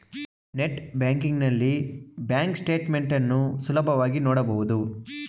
net banking ನಲ್ಲಿ bank statement ಅನ್ನು ಸುಲಭವಾಗಿ ನೋಡಬಹುದು